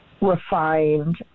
refined